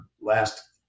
last